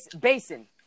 Basin